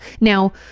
now